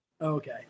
Okay